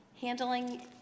handling